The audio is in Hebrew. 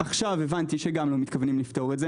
עכשיו הבנתי שגם לא מתכוונים לפתור את זה.